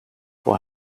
why